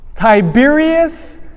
Tiberius